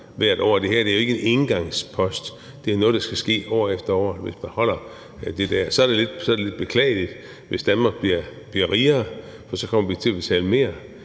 hvert år. Det her er jo ikke en engangspost. Det er noget, der skal ske år efter år, hvis man holder det der. Så er det lidt beklageligt, hvis Danmark bliver rigere, for så kommer vi til at betale mere.